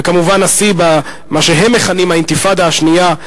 וכמובן השיא במה שהם מכנים "האינתיפאדה השנייה",